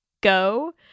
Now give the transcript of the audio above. go